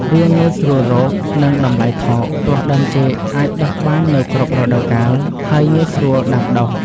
វាងាយស្រួលរក និងតម្លៃថោក ព្រោះដើមចេកអាចដុះបាននៅគ្រប់រដូវកាល ហើយងាយស្រួលដាំដុះ។